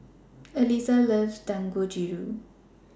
Elisa loves Dangojiru